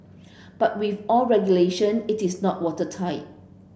but with all regulation it is not watertight